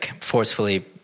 forcefully